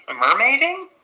ah mermaiding?